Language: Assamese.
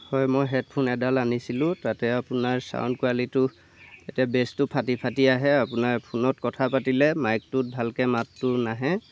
হয় মই হেডফোন এডাল আনিছিলোঁ তাতে আপোনাৰ ছাউণ্ড কুৱালিটো ইয়াতে বেছটো ফাটি ফাটি আহে আপোনাৰ ফোনত কথা পাতিলে মাইকটোত ভালকৈ মাতটো নাহে